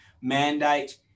mandate